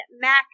Mac